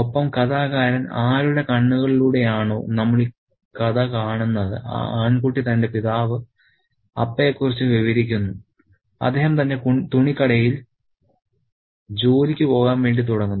ഒപ്പം കഥാകാരൻ ആരുടെ കണ്ണുകളിലൂടെയാണോ നമ്മൾ ഈ കഥ കാണുന്നത് ആ ആൺകുട്ടി തന്റെ പിതാവ് അപ്പയെ കുറിച്ച് വിവരിക്കുന്നു അദ്ദേഹം തന്റെ തുണിക്കടയിൽ ജോലിക്ക് പോകാൻ വേണ്ടി തുടങ്ങുന്നു